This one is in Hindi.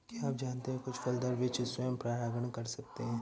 क्या आप जानते है कुछ फलदार वृक्ष स्वयं परागण कर सकते हैं?